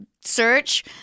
search